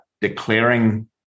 declaring